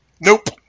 Nope